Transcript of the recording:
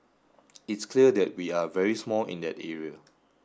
it's clear that we are very small in that area